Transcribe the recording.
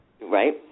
right